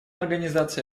организации